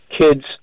kids